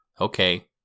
okay